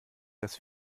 dass